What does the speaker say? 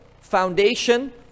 foundation